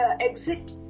exit